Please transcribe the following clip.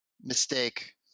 Mistake